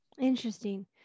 Interesting